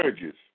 Judges